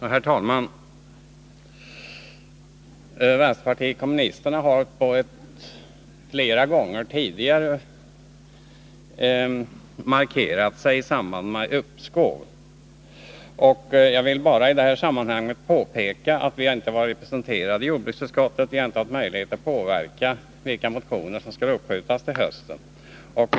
Herr talman! Vänsterpartiet kommunisterna har flera gånger tidigare markerat sin inställning i samband med förslag om uppskov med behandlingen av vissa ärenden. Jag vill i detta sammanhang bara påpeka att vi, eftersom vi inte har varit representerade i jordbruksutskottet, inte har haft möjlighet att påverka behandlingen av frågan om vilka motioner som skall uppskjutas till höstens riksmöte.